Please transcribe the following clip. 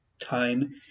time